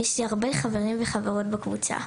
יש לי הרבה חברים וחברות בקבוצה.